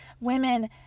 women